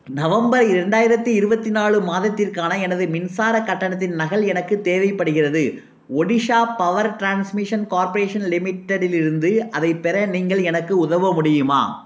November இரண்டாயிரத்தி இருபத்தி நாலு மாதத்திற்கான எனது மின்சார கட்டணத்தின் நகல் எனக்கு தேவைப்படுகிறது ஒடிஷா பவர் டிரான்ஸ்மிஷன் கார்ப்பரேஷன் லிமிட்டெடுலிருந்து அதைப் பெற நீங்கள் எனக்கு உதவ முடியுமா